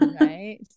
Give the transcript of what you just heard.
right